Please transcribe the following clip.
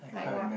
like what